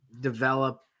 develop